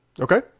Okay